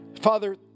father